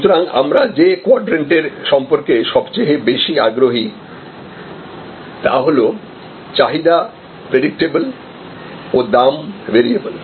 সুতরাং আমরা যে কোয়াড্রেন্টের সম্পর্কে সবচেয়ে বেশি আগ্রহী তা হল যেখানে চাহিদা প্রেডিক্টেবল ও দাম ভেরিয়েবল